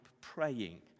praying